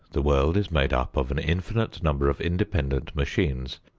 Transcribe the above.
the world is made up of an infinite number of independent machines,